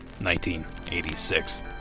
1986